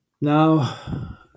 Now